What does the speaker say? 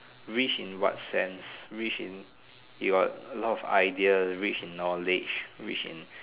rich in what sense rich in he got a lot of ideas rich in knowledge rich in